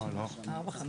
הצבעה בעד,